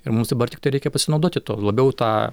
ir mums dabar tiktai reikia pasinaudoti tuo labiau tą